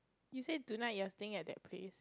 you said tonight you're staying at that place